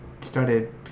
started